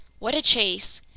what a chase!